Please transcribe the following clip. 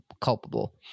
culpable